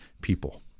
people